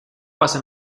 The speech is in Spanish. pasa